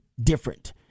different